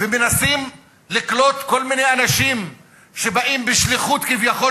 ומנסים לקלוט כל מיני אנשים שבאים בשליחות כביכול